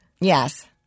Yes